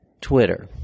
Twitter